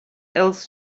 else